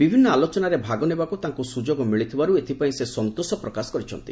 ବିଭିନ୍ନ ଆଲୋଚନାରେ ଭାଗ ନେବାକୁ ତାଙ୍କୁ ସୁଯୋଗ ମିଳିଥିବାରୁ ଏଥିପାଇଁ ସେ ସନ୍ତୋଷ ପ୍ରକାଶ କରିଛନ୍ତି